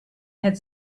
had